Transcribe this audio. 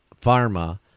pharma